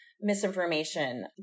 misinformation